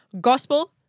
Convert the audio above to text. Gospel